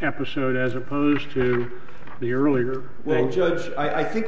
episode as opposed to the earlier when judge i think